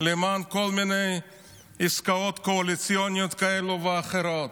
למען כל מיני עסקאות קואליציוניות כאלה ואחרות.